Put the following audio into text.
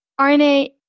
RNA